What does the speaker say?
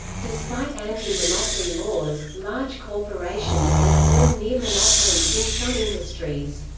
despite anti-monopoly laws, large corporations can form near-monopolies in some industries.